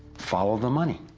follow the money!